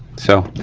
so,